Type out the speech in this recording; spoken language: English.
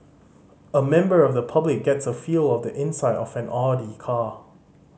a member of the public gets a feel of the inside of an Audi car